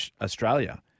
Australia